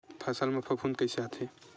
फसल मा फफूंद कइसे आथे?